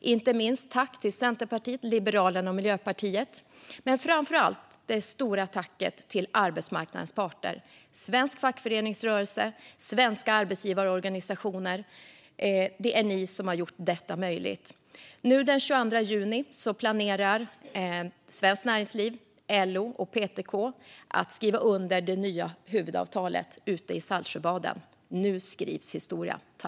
Jag säger tack inte minst till Centerpartiet, Liberalerna och Miljöpartiet, men det stora tacket riktar jag framför allt till arbetsmarknadens parter, det vill säga svensk fackföreningsrörelse och svenska arbetsgivarorganisationer. Det är ni som har gjort detta möjligt. Den 22 juni planerar Svenskt Näringsliv, LO och PTK att skriva under det nya huvudavtalet ute i Saltsjöbaden. Nu skrivs historia!